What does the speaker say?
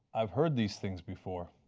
i've heard these things before.